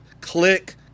Click